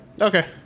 Okay